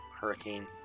Hurricane